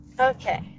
Okay